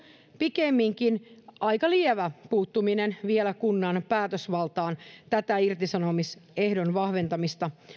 pikemminkin vielä aika lievä puuttuminen kunnan päätösvaltaan tätä irtisanomisehdon vahventamista